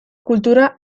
kultura